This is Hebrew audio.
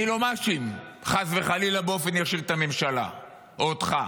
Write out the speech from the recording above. אני לא מאשים חס וחלילה באופן ישיר את הממשלה או אותך.